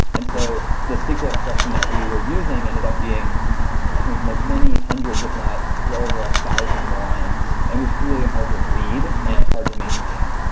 and so, the sql expression that we were using ended up being i think like many hundreds, if not well over a thousand lines and was really hard to read and hard to maintain.